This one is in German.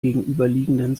gegenüberliegenden